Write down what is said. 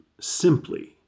simply